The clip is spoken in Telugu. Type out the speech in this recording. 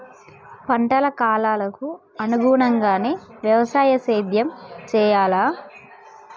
పంటల కాలాలకు అనుగుణంగానే వ్యవసాయ సేద్యం చెయ్యాలా?